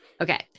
Okay